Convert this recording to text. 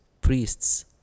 priests